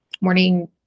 morning